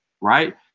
right